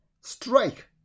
Strike